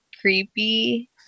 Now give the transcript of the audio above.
creepy